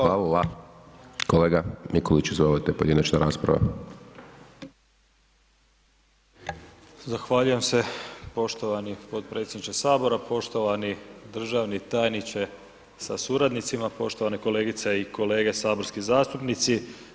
Zahvaljujem se poštovani potpredsjedniče Sabora, poštovani državni tajniče sa suradnicima, poštovane kolegice i kolege saborski zastupnici.